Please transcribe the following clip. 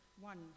one